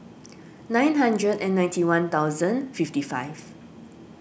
nine hundred and ninety one thousand fifty five